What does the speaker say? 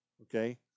Okay